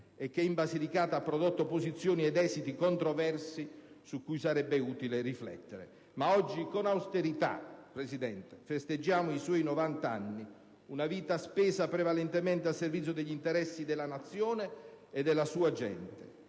e che in Basilicata ha prodotto posizioni ed esiti controversi su cui sarebbe utile riflettere. Ma oggi, con austerità, presidente Colombo, festeggiamo i suoi 90 anni: una vita spesa prevalentemente a servizio degli interessi della Nazione e della sua gente.